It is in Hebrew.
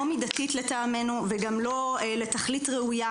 לא מידתית לטעמנו וגם לא לתכלית ראויה